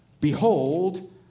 behold